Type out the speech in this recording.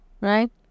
right